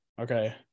Okay